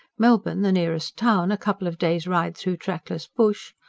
melbourne, the nearest town, a couple of days' ride through trackless bush,